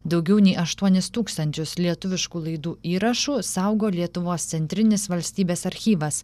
daugiau nei aštuonis tūkstančius lietuviškų laidų įrašų saugo lietuvos centrinis valstybės archyvas